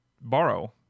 borrow